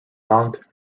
mount